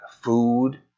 food